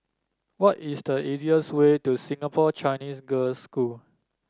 what is the easiest way to Singapore Chinese Girls' School